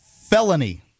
felony